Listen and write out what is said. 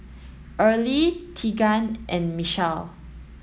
Early Tegan and Michele